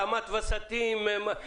התאמת וסתים,